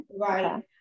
Right